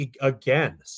Again